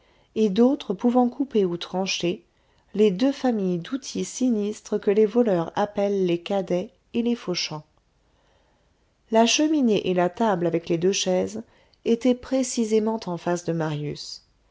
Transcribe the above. et d'autres pouvant couper ou trancher les deux familles d'outils sinistres que les voleurs appellent les cadets et les fauchants la cheminée et la table avec les deux chaises étaient précisément en face de marius